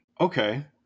Okay